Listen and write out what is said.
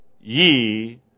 ye